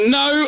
no